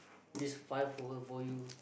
this five over for you